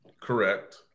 Correct